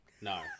No